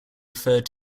referred